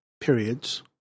periods